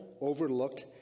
overlooked